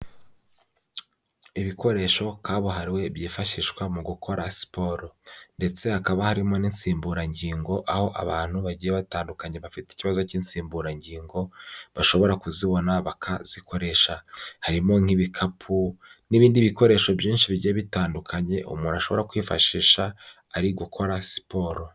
Ibikoresho kabuhariwe byifashishwa mu gukora siporo. Ndetse hakaba harimo n'insimburangingo, aho abantu bagiye batandukanye bafite ikibazo cy'insimburangingo, bashobora kuzibona bakazikoresha. Harimo nk'ibikapu, n'ibindi bikoresho byinshi bigiye bitandukanye, umuntu ashobora kwifashisha, ari gukora siporo.